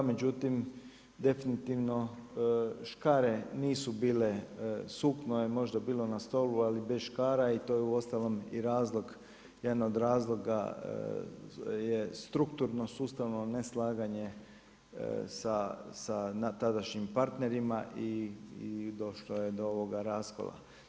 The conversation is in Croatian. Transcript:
Međutim, definitivno škare nisu bile, sukma je možda bila na stolu, ali bez škara i to je uostalom i razlog jedan od razloga je strukturno sustavno neslaganje sa tadašnjim partnerima i došlo je do raskola.